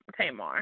Tamar